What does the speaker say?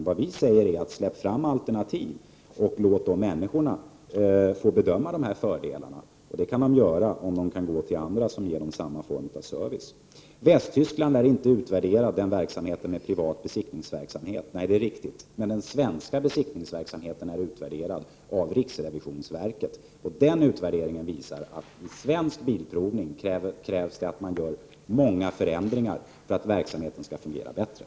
1988/89:118 men släpp fram alternativ och låt människorna själva bedöma dessa fördelar, 22 maj 1989 vilket de kan göra om de har möjlighet att gå till andra som erbjuder samma Omverksanheten dd